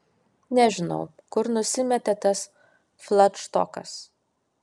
nežinau kur nusimetė tas fladštokas